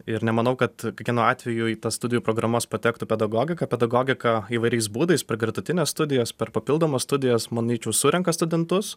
ir nemanau kad kiekvienu atveju į tas studijų programas patektų pedagogika pedagogika įvairiais būdais per gretutines studijas per papildomas studijas manyčiau surenka studentus